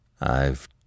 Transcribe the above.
I've